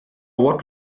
what